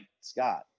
Scott